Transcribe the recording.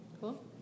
Cool